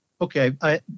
Okay